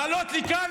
לעלות לכאן,